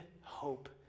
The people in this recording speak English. hope